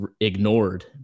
ignored